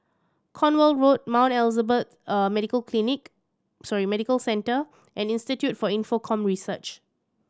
Cornwall Road Mount Elizabeth Medical Clinic sorry Medical Centre and Institute for Infocomm Research